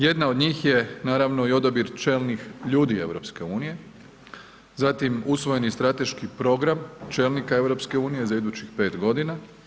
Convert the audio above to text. Jedna od njih je naravno i odabir čelnih ljudi EU, zatim usvojeni strateški program čelnika EU za idućih 5 godina.